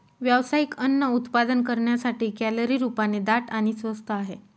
व्यावसायिक अन्न उत्पादन करण्यासाठी, कॅलरी रूपाने दाट आणि स्वस्त आहे